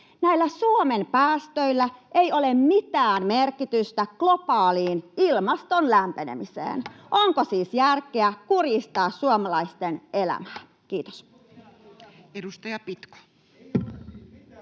Näillä Suomen päästöillä ei ole mitään merkitystä globaaliin ilmaston lämpenemiseen. Onko siis järkeä kurjistaa suomalaisten elämää? — Kiitos.